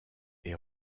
est